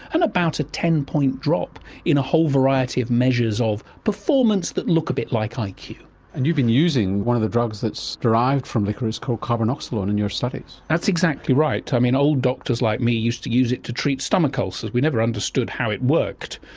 and about a ten point drop in a whole variety of measures of performance that look a bit like iq. and you've been using one of the drugs that's derived from liquorice called carbenoxolone in your studies. that's exactly right, i mean old doctors like me used to use it to treat stomach ulcers. we never understood how it worked,